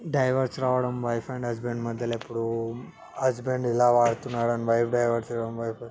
divorce రావడం wife and husband మధ్య ఎప్పుడూ హస్బెండ్ ఇలా వాడుతున్నాడని వైఫ్ డైవర్స్ ఇవ్వడం వైఫ్